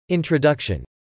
Introduction